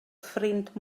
ffrind